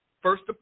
First